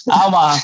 ama